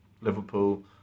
Liverpool